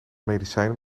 medicijnen